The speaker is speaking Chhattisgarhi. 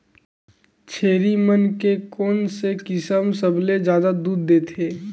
छेरी मन के कोन से किसम सबले जादा दूध देथे?